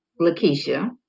Lakeisha